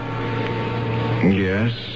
Yes